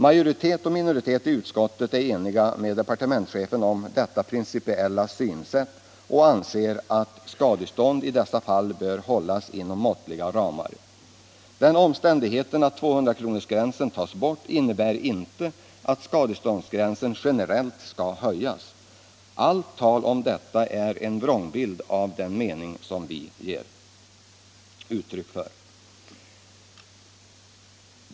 Majoritet och minoritet i utskottet är eniga med departementschefen om dewa principiella synsätt och anser att skadestånd i dessa fall bör hållas inom måttliga ramar. Den omständigheten att 200-kronorsgränsen tas bort innebär inte att skadeståndsgränsen generellt skall höjas. Allt tal om detta är en vrångbild av den mening som vi ger uttryck för.